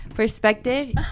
Perspective